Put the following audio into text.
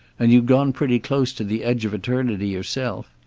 and you'd gone pretty close to the edge of eternity yourself.